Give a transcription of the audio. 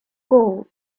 gold